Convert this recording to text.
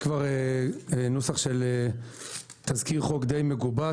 יש כבר נוסח של תזכיר חוק די מגובש,